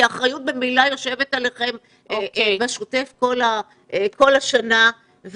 האחריות ממילא יושבת עליכם בשוטף במשך כל השנה.